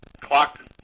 clock